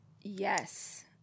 Yes